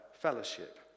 fellowship